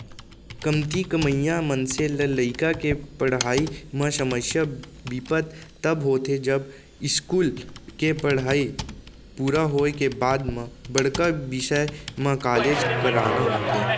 कमती कमइया मनसे ल लइका के पड़हई म समस्या बिपत तब होथे जब इस्कूल के पड़हई पूरा होए के बाद म बड़का बिसय म कॉलेज कराना होथे